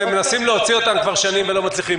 מנסים להוציא אותם כבר שנים ולא מצליחים.